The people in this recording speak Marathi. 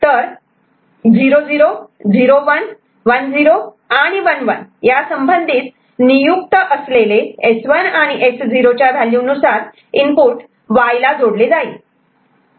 तर 00 01 10आणि 11 या संबंधित नियुक्त असलेले S1 आणि S0 च्या व्हॅल्यू नुसार इनपुट Y ला जोडले जाईल